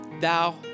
thou